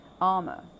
armor